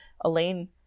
Elaine